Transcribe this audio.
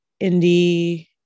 indie